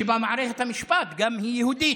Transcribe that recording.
שבה מערכת המשפט גם היא יהודית.